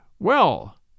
Well